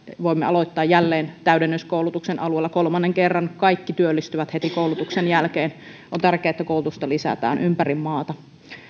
voimme aloittaa jälleen täydennyskoulutuksen alueella kolmannen kerran kaikki työllistyvät heti koulutuksen jälkeen on tärkeää että koulutusta lisätään ympäri maata